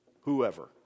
Whoever